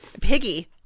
Piggy